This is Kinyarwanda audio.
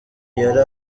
yari